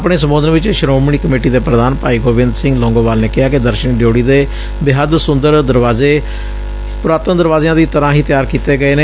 ਆਪਣੇ ਸੰਬੋਧਨ ਵਿਚ ਸ਼ੋਮਣੀ ਕਮੇਟੀ ਦੇ ਪ੍ਰਧਾਨ ਭਾਈ ਗੋਬਿੰਦ ਸਿੰਘ ਲੌਗੋਵਾਲ ਨੇ ਕਿਹਾ ਕਿ ਦਰਸ਼ਨੀ ਡਿਉਡੀ ਦੇ ਬੇਹੱਦ ਸੁੰਦਰ ਦਰਵਾਜ਼ੇ ਪੁਰਾਤਨ ਦਰਵਾਜ਼ਿਆਂ ਦੀ ਤਰ੍ਹਾਂ ਹੀ ਤਿਆਰ ਕੀਤੇ ਗਏ ਨੇ